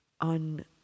on